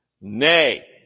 Nay